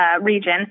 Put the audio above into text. region